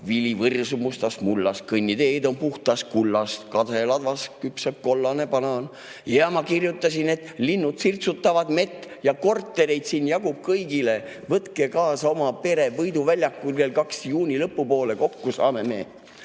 vili võrsub mustast mullast, kõnniteed on puhtast kullast, kaseladvas küpseb kollane banaan, ja ma kirjutasin, et linnud sirtsutavad mett ja kortereid siin jagub kõigile, võtke kaasa oma pere, Võidu väljakul kell 2 juuni lõpu poole kokku saame me